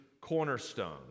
cornerstone